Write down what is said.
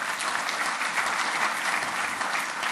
(מחיאות כפיים)